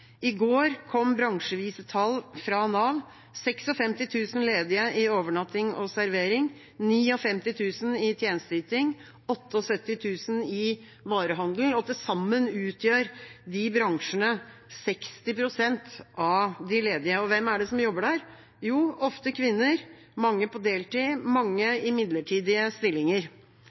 I går kom bransjevise tall fra Nav: 56 000 ledige i overnatting og servering, 59 000 i tjenesteyting, 78 000 i varehandelen. Til sammen utgjør de bransjene 60 pst. av de ledige. Og hvem er det som jobber der? Jo, ofte kvinner, mange på deltid, mange i midlertidige stillinger.